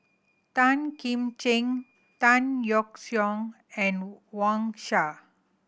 Tan Kim Ching Tan Yeok Seong and Wang Sha